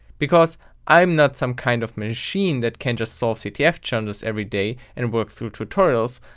because i'm not some kind of machine that can just solve ctf challenges every day and work through tutorials,